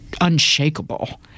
unshakable